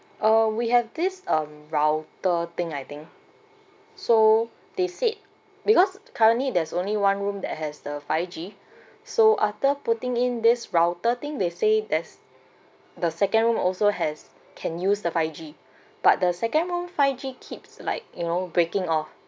uh we have this um router thing I think so they said because currently there's only one room that has the five G so after putting in this router thing we say there's the second room also has can use the five G but the second room five G keeps like you know breaking off